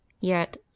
Yet